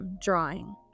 drawing